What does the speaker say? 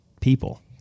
people